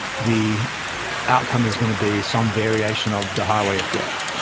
the outcome is going to be some variation of the highway of death.